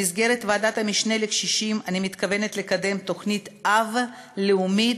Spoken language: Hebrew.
במסגרת ועדת המשנה לקשישים אני מתכוונת לקדם תוכנית-אב לאומית,